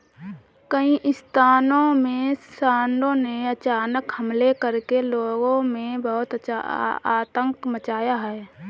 कई स्थानों में सांडों ने अचानक हमले करके लोगों में बहुत आतंक मचाया है